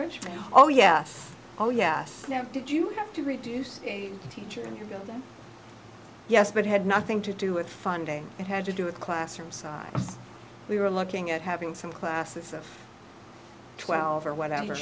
rich oh yes oh yes did you have to reduce a teacher in your building yes but it had nothing to do with funding it had to do with classroom size we were looking at having some classes of twelve or whatever